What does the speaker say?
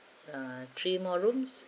uh three more rooms